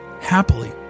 happily